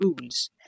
rules